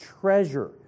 treasure